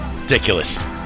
Ridiculous